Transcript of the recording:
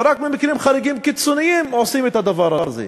ורק במקרים חריגים קיצוניים עושים את הדבר הזה.